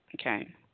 Okay